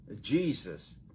Jesus